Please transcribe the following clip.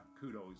kudos